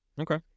Okay